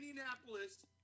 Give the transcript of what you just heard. Indianapolis